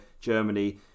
Germany